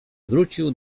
wrócił